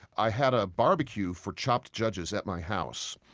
i had a barbecue for chopped judges at my house,